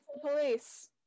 police